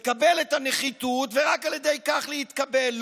לקבל את הנחיתות ורק על ידי כך להתקבל.